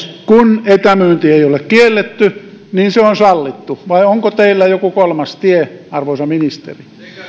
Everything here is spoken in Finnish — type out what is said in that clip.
kun etämyynti ei ole kielletty niin se on sallittu vai onko teillä joku kolmas tie arvoisa ministeri